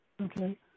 Okay